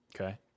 okay